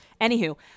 Anywho